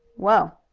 well,